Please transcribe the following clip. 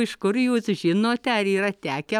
iš kur jūs žinote ar yra tekę